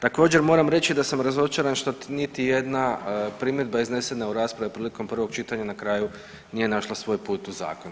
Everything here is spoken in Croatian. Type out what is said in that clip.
Također moram reći da sam razočaran što niti jedna primjedba iznesena u raspravi prilikom prvog čitanja na kraju nije našla svoj put u zakon.